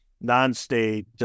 non-state